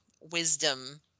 wisdom